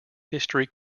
history